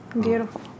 Beautiful